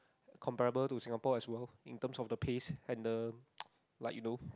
comparable to Singapore as well in terms of the pace and the like you know